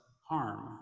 harm